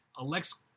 Alex